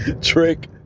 Trick